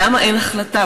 למה אין החלטה?